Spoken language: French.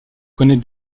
connaît